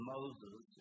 Moses